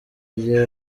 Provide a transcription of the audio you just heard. igihe